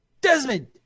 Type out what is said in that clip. Desmond